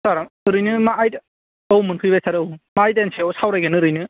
सार ओरैनो मा आयदा औ मोनफैबाय सार औ मा आयदानि सायाव सावरायगोन ओरैनो